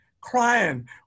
crying